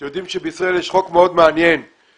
אתם יודעים שבישראל יש חוק מאוד מעניין לפיו